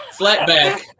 flatback